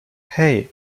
hey